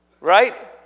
right